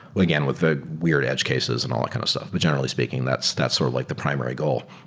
again, with the weird edge cases and all that kind of stuff. but generally speaking, that's that's sort of like the primary goal.